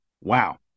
Wow